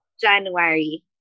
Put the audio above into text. January